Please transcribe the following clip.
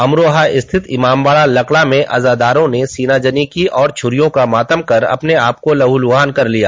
अमरोहा रिथित इमामबाड़ा लकड़ा में अजादारों ने सीनाजनी की और छुरियों का मातम कर अपने आप को लहूलुहान कर लिया